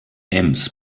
ems